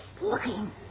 looking